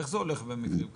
איך זה הולך במקרים כאלה,